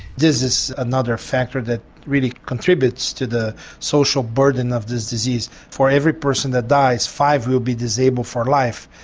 this is another factor that really contributes to the social burden of this disease. for every person that dies, five will be disabled for life,